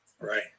Right